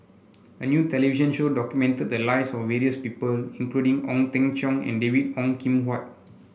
a new television show documented the lives of various people including Ong Teng Cheong and David Ong Kim Huat